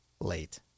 late